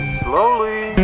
slowly